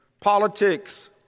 politics